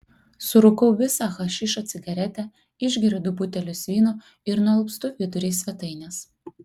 surūkau visą hašišo cigaretę išgeriu du butelius vyno ir nualpstu vidury svetainės